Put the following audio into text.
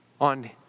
on